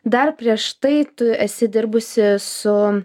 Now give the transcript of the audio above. dar prieš tai tu esi dirbusi su